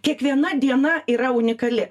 kiekviena diena yra unikali